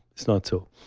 it's not so.